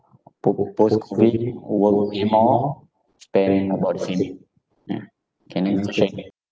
po~ post COVID work will be more spend about the same ya K next question